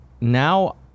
now